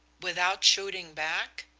without shooting back?